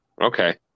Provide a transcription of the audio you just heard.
Okay